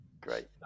Great